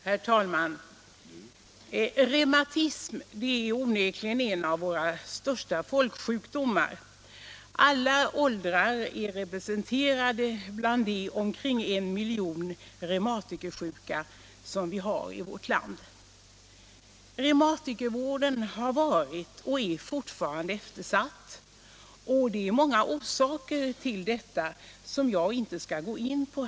Herr talman! Reumatism är onekligen en av våra största folksjukdomar. Alla åldrar är representerade bland de omkring en miljon reumatikersjuka i vårt land. Reumatikervården har varit och är fortfarande eftersatt. Det finns flera orsaker till detta, som jag nu inte skall gå in på.